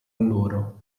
loro